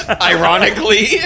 ironically